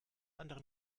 anderen